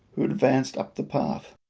who advanced up the path,